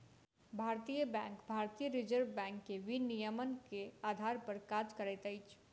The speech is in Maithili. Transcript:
भारतीय बैंक भारतीय रिज़र्व बैंक के विनियमन के आधार पर काज करैत अछि